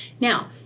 Now